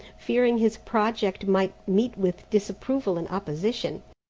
fearing his project might meet with disapproval and opposition.